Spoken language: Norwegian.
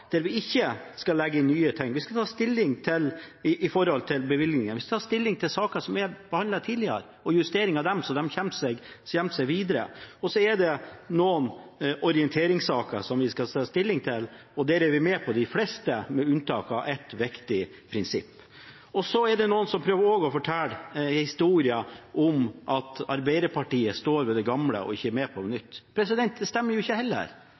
der vi ikke skal legge inn nye ting. Vi skal ta stilling når det gjelder bevilgninger. Vi skal ta stilling til saker som er behandlet tidligere, og justering av dem så de kommer seg videre, og så er det noen orienteringssaker vi skal ta stilling til, og der er vi med på de fleste med unntak av ett viktig prinsipp. Det er også noen som prøver å fortelle en historie om at Arbeiderpartiet står ved det gamle og ikke er med på noe nytt. Det stemmer heller ikke.